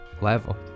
level